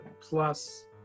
plus